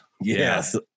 Yes